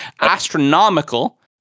Astronomical